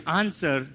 answer